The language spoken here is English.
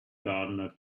gardener